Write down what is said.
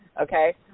Okay